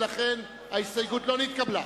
ולכן אני קובע: ההסתייגות לא נתקבלה.